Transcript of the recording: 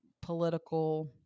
political